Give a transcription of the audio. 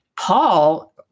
Paul